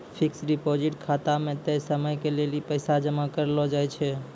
fixed deposit खाता मे तय समयो के लेली पैसा जमा करलो जाय छै